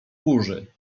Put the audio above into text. burzy